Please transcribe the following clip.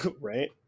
right